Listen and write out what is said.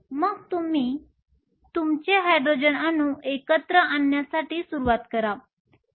मग आपण आपले हायड्रोजन अणू एकत्र आणण्यासाठी सुरुवात करा